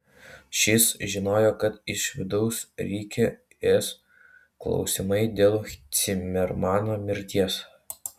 šis žinojo kad iš vidaus rikį ės klausimai dėl cimermano mirties